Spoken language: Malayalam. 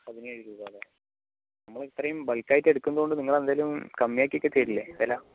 പതിനേഴ് രൂപ അല്ലേ നമ്മൾ ഇത്രേയും ബൾക്ക് ആയിട്ട് എടുക്കുന്നത് കൊണ്ട് നിങ്ങൾ എന്തെങ്കിലും കമ്മി ആക്കി ഒക്കെ തരില്ലേ വില